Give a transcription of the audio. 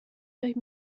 فکر